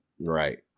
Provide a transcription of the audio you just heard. Right